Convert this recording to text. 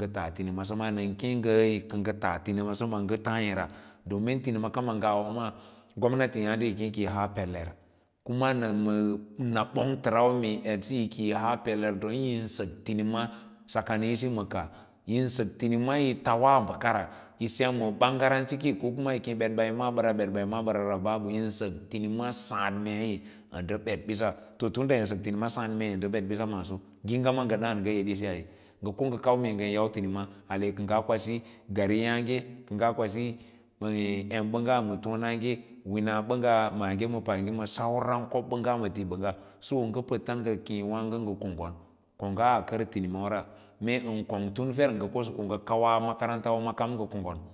kə tas tinima wâ nən keẽ ngəí kə ngə tas tinima səma ngə taã yə ra domin tinima kama ngawa maa gomnati yaãde yi kem kiyi haa peler kuma nə məə na ɓongtəra ma eɗ siyi kiyi haa peler don yin sək tinima sakaní isí ma kaah yin sək tinimaa yi tauwas bəkake ra, yisem banrancin ke ko kuma yi kem ɓadba nə ma’â ɓəra, ɓedba nə ma’á ɓara ra yín sə sək tinima saãd meei ə ndə bedbisa tim da yin sək tinima sǎǎd mee ndə ɓəɗbiss maaso ngiĩga ma ngə daãn ngə edesí ai, ngə ko kau mee ngən yau tinima ale ngaa kwasi gari yǎǎge təngaa kwasi em ɓə ngga ma tonage wina ɓəngga maaye ma paage ma sauran kobbəngga matí bəngga u ngə pəta ngə keẽ waãgo ngə konggo n ɗa kongau a kər tin imawâra meen kong tin fer ngə kosaa yo̍r səms a makarantawe ma ngə konnga.